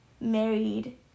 married